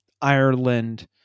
ireland